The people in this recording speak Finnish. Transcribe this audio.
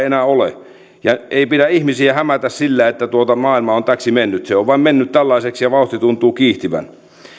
enää ole ja ei pidä ihmisiä hämätä sillä että maailma on täksi mennyt se on vain mennyt tällaiseksi ja vauhti tuntuu kiihtyvän